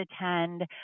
attend